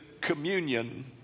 communion